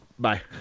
Bye